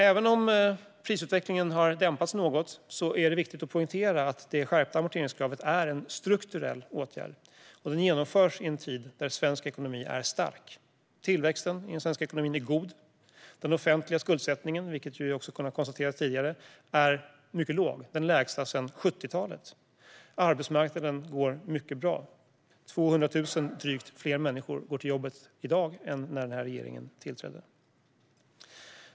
Även om prisutvecklingen har dämpats något är det viktigt att poängtera att det skärpta amorteringskravet är en strukturell åtgärd som genomförs i en tid då svensk ekonomi är stark. Tillväxten i den svenska ekonomin är god. Den offentliga skuldsättningen är mycket låg, vilket vi har kunnat konstatera tidigare - den lägsta sedan 70-talet. Arbetsmarknaden går mycket bra: Drygt 200 000 fler människor går till jobbet i dag än när regeringen tillträdde.